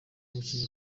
umukinyi